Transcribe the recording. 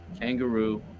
kangaroo